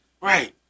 Right